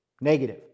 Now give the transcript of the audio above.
Negative